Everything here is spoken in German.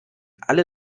alle